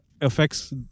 affects